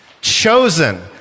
chosen